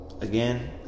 again